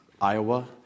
Iowa